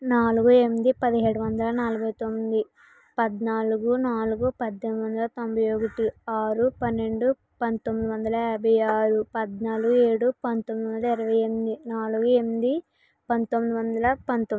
నాలుగు ఎనిమిది పదిహేడు వందల నలభై తొమ్మిది పద్నాలుగు నాలుగు పంతొమ్మిది వందల తొంభై ఒకటి ఆరు పన్నెండు పంతొమ్మిది వందల యాభై ఆరు పద్నాలుగు ఏడు పంతొమ్మిది వందల ఇరవై ఎనిమిది నాలుగు ఎనిమిది పంతొమ్మిది వందల పంతొమ్మిది